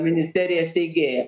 ministerija steigėja